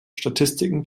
statistiken